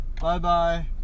Bye-bye